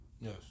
Yes